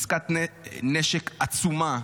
עסקת נשק עצומה,